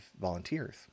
volunteers